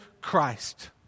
Christ